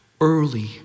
early